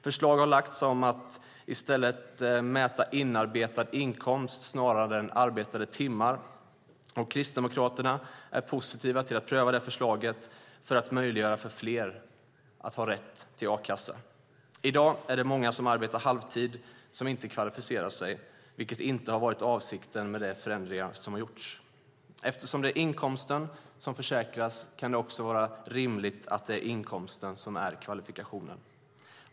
Förslag har lagts om att mäta inarbetad inkomst snarare än arbetade timmar. Kristdemokraterna är positiva till att pröva det förslaget för att fler ska ha rätt till a-kassa. I dag är det många som arbetar halvtid som inte kvalificerar sig, vilket inte har varit avsikten med de förändringar som gjorts. Eftersom det är inkomsten som försäkras kan det också vara rimligt att det är inkomsten som är kvalifikationen.